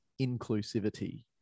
inclusivity